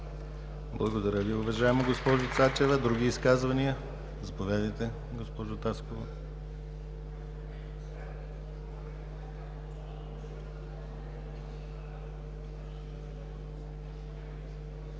Благодаря Ви, уважаема госпожо Цачева! Други изказвания? Заповядайте, госпожо Таскова. КРЪСТИНА